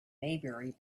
maybury